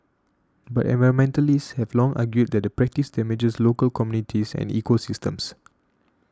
but environmentalists have long argued that the practice damages local communities and ecosystems